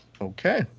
Okay